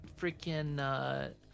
freaking